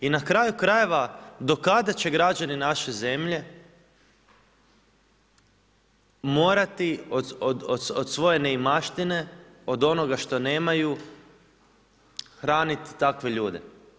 I na kraju krajeva, do kada će građani naše zemlje morati od svoje neimaštine, od onoga što nemaju, hraniti takve ljude.